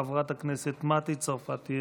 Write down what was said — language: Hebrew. חברת הכנסת מטי צרפתי הרכבי.